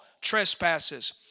trespasses